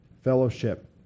fellowship